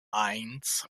eins